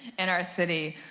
in our city.